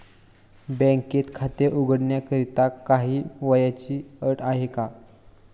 बँकेत खाते उघडण्याकरिता काही वयाची अट आहे का?